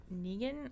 Negan